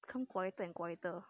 become quieter and quieter